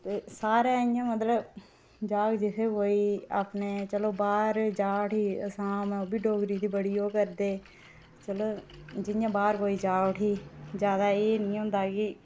ते सारे इं'या मतलब जाह्ग जित्थें कोई अपने चलो बाहर जा उठी आसाम ओह्बी डोगरी दी बड़ी ओह् करदे चलो जि'यां बाहर कोई जा उठी जादै एह् निं होंदा कि